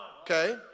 Okay